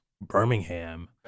Birmingham